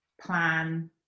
plan